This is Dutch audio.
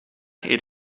eet